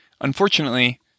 Unfortunately